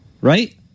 right